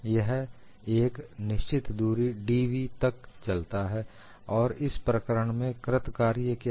यह एक निश्चित दूरी dv तक चलता है और इस प्रकरण में कृत कार्य क्या है